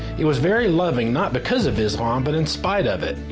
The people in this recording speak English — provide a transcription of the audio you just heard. it was very loving not because of islam, but in spite of it.